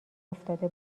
افتاده